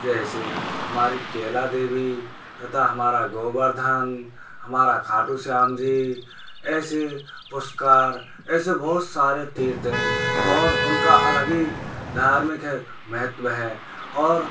जैसे हमारी कैला देवी तथा हमारा गोवर्धन हमारा खाटू श्याम जी ऐसे पुष्कर ऐसे बहुत सारे तीर्थ हैं और उनका अलग ही धार्मिक महत्व है और